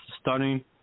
stunning